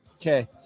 Okay